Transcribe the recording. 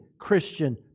Christian